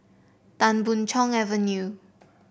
Tan Boon Chong Avenue